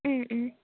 ம் ம்